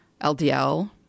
ldl